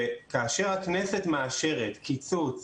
וכאשר הכנסת מאשרת קיצוץ